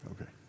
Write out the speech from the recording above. Okay